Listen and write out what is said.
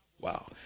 Wow